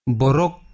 borok